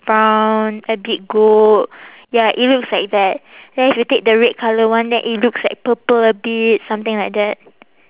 brown a bit gold ya it looks like that then if you take the red colour one then it looks like purple a bit something like that